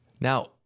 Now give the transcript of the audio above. Now